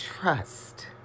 trust